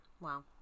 Wow